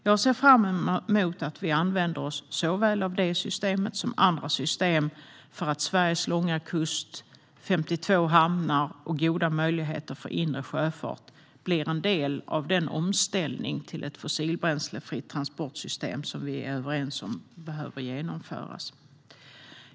Jag ser fram emot att vi använder oss av såväl detta system som andra system för att Sveriges långa kust, 52 hamnar och goda möjligheter till inre sjöfart blir en del av den omställning till ett fossilbränslefritt transportsystem vi är överens om behöver genomföras.